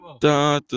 da